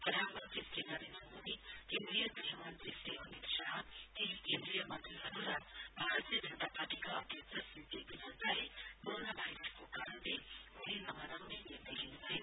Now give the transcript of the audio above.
प्रधानमन्त्री श्री नरेन्द्र मोदी केन्द्रीय गृह मन्त्री श्री अमित शाह केही केन्द्रीय मन्त्रीहरू र भारतीय जनता पार्टीका अध्यक्ष श्री जे पी नड्डाले कोरोना भाइरसको कारणले होली नमनाउने निर्णय लिनुभयो